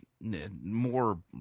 more